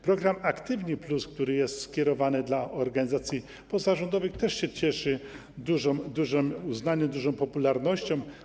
Program „Aktywni+”, który jest skierowany do organizacji pozarządowych, też się cieszy dużym uznaniem, dużą popularnością.